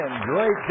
great